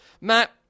Matt